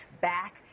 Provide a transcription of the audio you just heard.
back